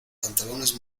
pantalones